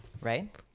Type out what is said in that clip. right